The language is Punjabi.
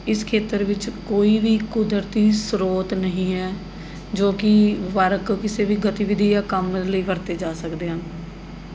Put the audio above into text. ਇਸ ਖੇਤਰ ਵਿੱਚ ਕੋਈ ਵੀ ਕੁਦਰਤੀ ਸਰੋਤ ਨਹੀਂ ਹੈ ਜੋ ਕਿ ਵਰਗ ਕਿਸੇ ਵੀ ਗਤੀਵਿਧੀ ਜਾਂ ਕੰਮ ਲਈ ਵਰਤੇ ਜਾ ਸਕਦੇ ਹਨ